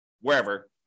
wherever